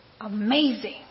amazing